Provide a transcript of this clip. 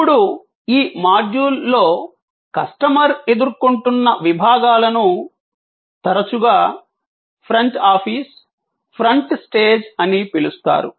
ఇప్పుడు ఈ మాడ్యూల్ లో కస్టమర్ ఎదుర్కొంటున్న విభాగాలను తరచుగా ఫ్రంట్ ఆఫీస్ ఫ్రంట్ స్టేజ్ అని పిలుస్తారు